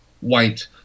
white